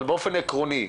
אבל באופן עקרוני,